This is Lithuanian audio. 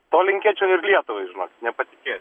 to linkėčiau ir lietuvai žinokit nepatikė